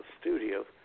studio